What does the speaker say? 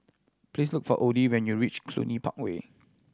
please look for Odie when you reach Cluny Park Way